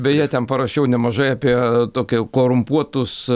beje ten parašiau nemažai apie tokia korumpuotus